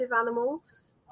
animals